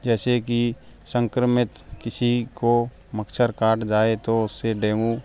जैसे कि संक्रमित किसी को मच्छर काट जाए तो उससे डेंगू